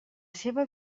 seva